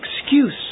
excuse